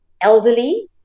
elderly